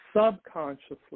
subconsciously